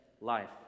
life